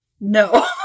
no